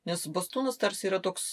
nes bastūnas tarsi yra toks